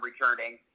returning